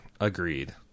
Agreed